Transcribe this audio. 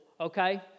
okay